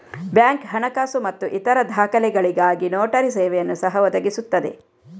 bank ಹಣಕಾಸು ಮತ್ತು ಇತರ ದಾಖಲೆಗಳಿಗಾಗಿ ನೋಟರಿ ಸೇವೆಯನ್ನು ಸಹ ಒದಗಿಸುತ್ತದೆ